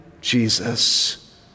Jesus